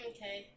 Okay